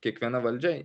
kiekviena valdžia